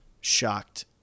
shocked